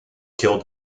killed